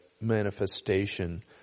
manifestation